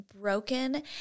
broken